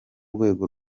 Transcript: rwego